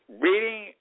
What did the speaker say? Reading